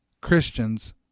Christians